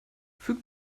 füg